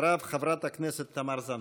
אחריו, חברת הכנסת תמר זנדברג.